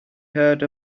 heard